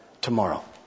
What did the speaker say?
tomorrow